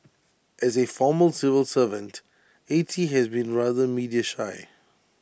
as A former civil servant A T has been rather media shy